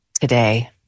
today